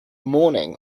morning